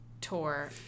tour